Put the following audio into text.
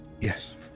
Yes